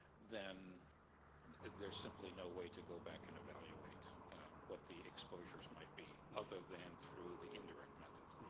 then there's simply no way to go back and evaluate what the exposures might be, other than through the indirect methods.